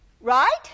Right